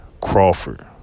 Crawford